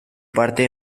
parte